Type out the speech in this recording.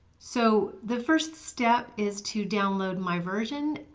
so the first step is to download my version,